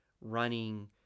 running